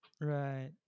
Right